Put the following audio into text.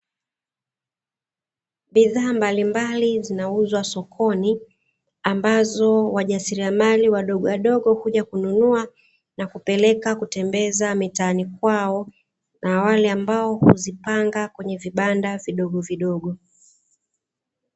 Bidhaa mbalimbali zinauzwa sokoni ambazo wajasiriamali wadogowadogo huja kununua na kupeleka kutembeza mitaani kwao, na wale ambao huzipanga kwenye vibanda vidogovidogo.